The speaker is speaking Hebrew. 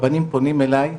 הרבנים פונים אליי,